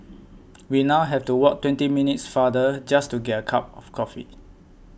we now have to walk twenty minutes farther just to get a cup of coffee